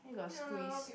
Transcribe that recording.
ya lah a lot of people